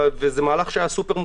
וזה מהלך שהיה סופר מורכב,